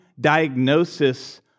diagnosis